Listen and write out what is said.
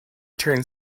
turned